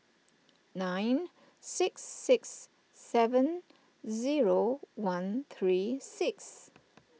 nine six six seven zero one three six